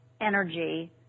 energy